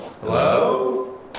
Hello